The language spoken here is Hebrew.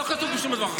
זה לא כתוב בשום מקום.